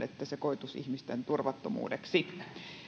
että se koituisi ihmisten turvattomuudeksi